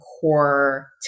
core